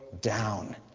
down